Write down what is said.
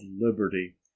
liberty